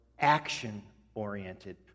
action-oriented